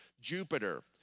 Jupiter